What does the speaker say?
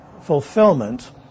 fulfillment